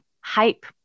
hype